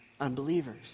unbelievers